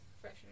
fresh